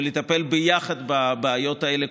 ולטפל ביחד בבעיות האלה,